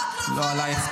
החוק לא חל עליי.